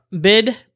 bid